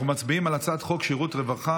אנחנו מצביעים על הצעת חוק שירותי רווחה